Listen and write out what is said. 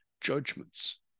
judgments